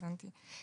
הבנתי.